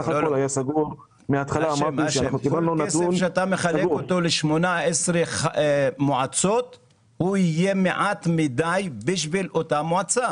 כל תקציב שאתה מחלק ל-18 מועצות יהיה מעט מדי בשביל אותה מועצה.